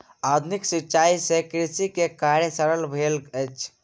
आधुनिक सिचाई से कृषक के कार्य सरल भेल अछि